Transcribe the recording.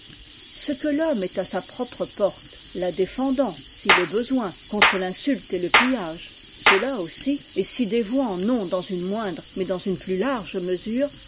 ce que l'homme estàsapropreporte adéfen dant s'il est besoin contre l'insulte et le pillage cela aussi et s'y dévouant non dans une moindre mais dans une plus large mesure